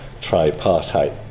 tripartite